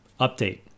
update